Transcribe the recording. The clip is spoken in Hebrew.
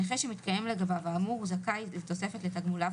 נכה שמתקיים לגביו האמור זכאי לתוספת לתגמוליו